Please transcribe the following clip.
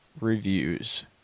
Reviews